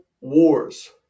wars